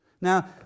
Now